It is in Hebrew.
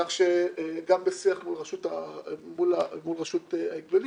כך שגם בשיח מול רשות ההגבלים